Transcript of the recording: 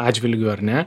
atžvilgiu ar ne